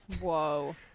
Whoa